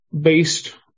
based